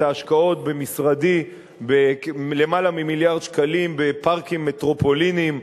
את ההשקעות במשרדי ביותר ממיליארד שקלים בפארקים מטרופוליניים,